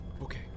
Okay